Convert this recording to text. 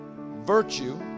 virtue